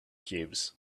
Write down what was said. cubes